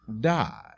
died